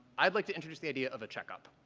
i'd like to introduce the idea of a checkup.